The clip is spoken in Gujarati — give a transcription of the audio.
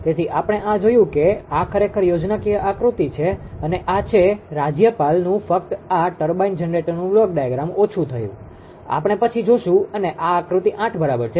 તેથી આપણે આ જોયું કે આ ખરેખર યોજનાકીય આકૃતિ છે અને આ છે રાજ્યપાલનું ફક્ત આ ટર્બાઇન જનરેટરનું બ્લોક ડાયાગ્રામ ઓછું થયું આપણે પછી જોશું અને આ આકૃતિ 8 બરાબર છે